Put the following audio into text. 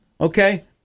okay